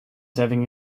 having